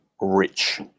rich